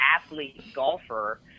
athlete-golfer